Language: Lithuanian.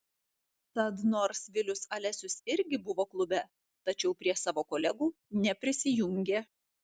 tad nors vilius alesius irgi buvo klube tačiau prie savo kolegų neprisijungė